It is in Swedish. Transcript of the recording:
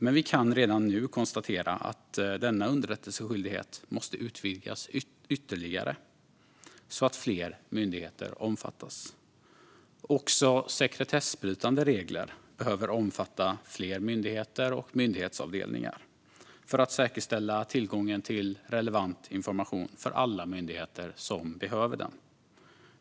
Men vi kan redan nu konstatera att denna underrättelseskyldighet måste utvidgas ytterligare, så att fler myndigheter omfattas. Också sekretessbrytande regler behöver omfatta fler myndigheter och myndighetsavdelningar för att säkerställa tillgången till relevant information för alla myndigheter som behöver den.